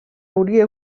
hauria